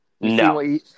No